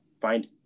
find